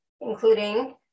including